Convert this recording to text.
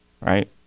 right